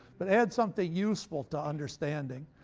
but add something useful to understanding.